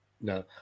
No